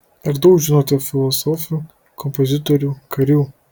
ar daug žinote filosofių kompozitorių karių